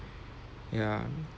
ya